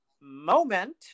moment